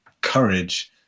courage